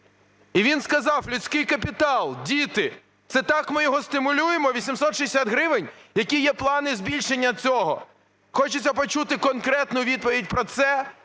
і він сказав – людський капітал, діти. Це так ми його стимулюємо, 860 гривень? Які є плани збільшення цього? Хочеться почути конкретну відповідь про це